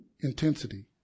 intensity